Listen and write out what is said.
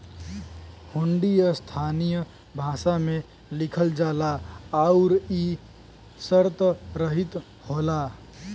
हुंडी स्थानीय भाषा में लिखल जाला आउर इ शर्तरहित होला